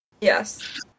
Yes